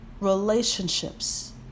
relationships